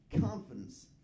confidence